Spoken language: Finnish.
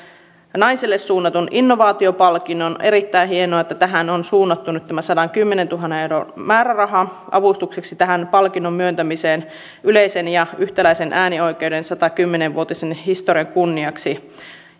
naisille suunnatun innovaatiopalkinnon on erittäin hienoa että on suunnattu nyt tämä sadankymmenentuhannen euron määräraha avustukseksi tähän palkinnon myöntämiseen yleisen ja yhtäläisen äänioikeuden satakymmentä vuotisen historian kunniaksi